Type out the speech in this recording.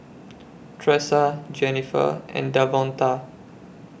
Tressa Jenifer and Davonta